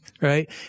right